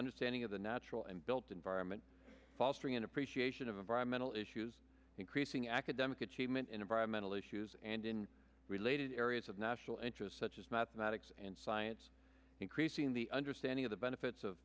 understanding of the natural and built environment fostering an appreciation of environmental issues increasing academic achievement in environmental issues and in related areas of national interest such as mathematics and science increasing the understanding of the benefits of